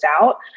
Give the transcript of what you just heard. out